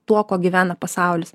tuo kuo gyvena pasaulis